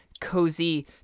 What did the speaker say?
cozy